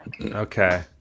Okay